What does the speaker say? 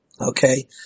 Okay